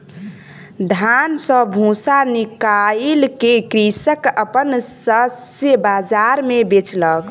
धान सॅ भूस्सा निकाइल के कृषक अपन शस्य बाजार मे बेचलक